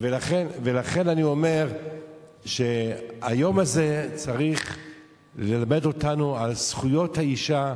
אני אומר שהיום הזה צריך ללמד אותנו על זכויות האשה,